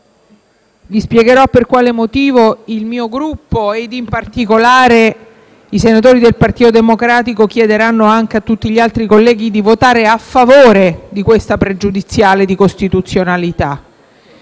vi spiegherò per quale motivo il mio Gruppo e in particolare i senatori del Partito Democratico chiederanno a tutti gli altri colleghi di votare a favore di questa pregiudiziale di costituzionalità.